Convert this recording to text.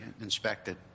inspected